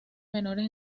menores